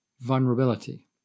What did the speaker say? vulnerability